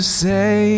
say